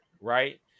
right